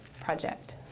project